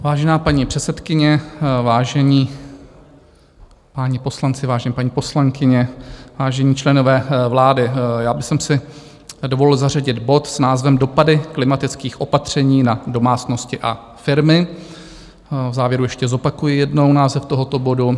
Vážená paní předsedkyně, vážení páni poslanci, vážené paní poslankyně, vážení členové vlády, já bych si dovolil zařadit bod s názvem Dopady klimatických opatření na domácnosti a firmy, v závěru ještě zopakuji jednou název tohoto bodu.